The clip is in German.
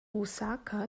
osaka